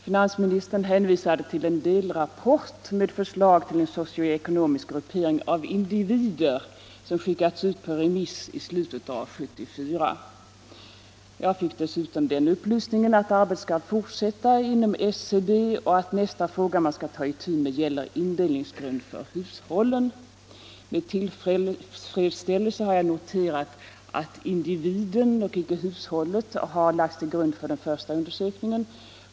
Finansministern hänvisade till den delrapport med förslag till en socioekonomisk gruppering av individer vilken skickades ut på remiss i slutet av 1974. Jag fick också den upplysningen att arbetet skall fortsätta inom statistiska centralbyrån och att nästa fråga som man skall ta itu med gäller en motsvarande indelningsgrund för hushållen. Jag har med tillfredsställelse noterat att individen, inte hushållet, har lagts till grund för den första undersökningen.